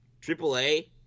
triple-A